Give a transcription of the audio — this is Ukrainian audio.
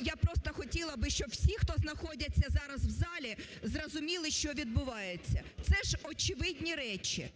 я просто хотіла би, щоб всі, хто знаходяться зараз в залі, зрозуміли що відбувається. Це ж очевидні речі.